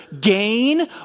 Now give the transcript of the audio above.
gain